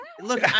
Look